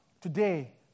Today